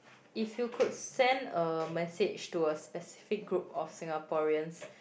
if you could send a message to a specific group of Singaporeans